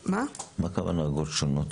מה הכוונה אגרות שונות?